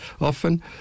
often